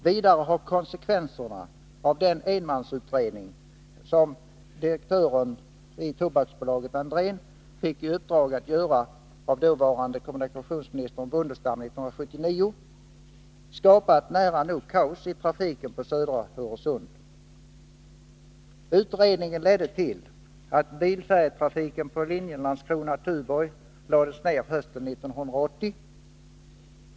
Vidare har konsekvenserna av den enmansutredning som direktören i Tobaksbolaget, Sven Andrén, fick i uppdrag att göra av dåvarande kommunikationsministern Bondestam år 1979 skapat nära nog kaos i trafiken på södra Öresund. Utredningen ledde till att bilfärjetrafiken på linjen Landskrona-Tuborg lades ner hösten 1980.